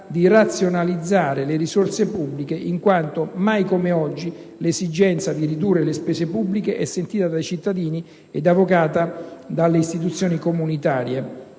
di razionalizzare le risorse pubbliche, in quanto mai come oggi l'esigenza di ridurre le spese pubbliche è sentita dai cittadini e richiesta dalle istituzioni comunitarie;